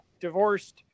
divorced